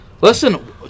Listen